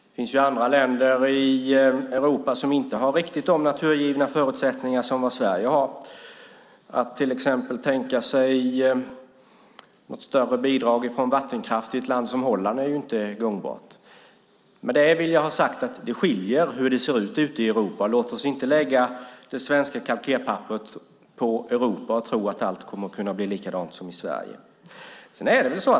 Det finns andra länder i Europa som inte riktigt har de naturgivna förutsättningar som Sverige har. Att till exempel tänka sig något större bidrag från vattenkraft i ett land som Holland är inte gångbart. Med det vill jag ha sagt att det skiljer sig åt ute i Europa. Låt oss inte lägga det svenska kalkerpapperet på Europa och tro att allt kommer att kunna bli likadant som i Sverige!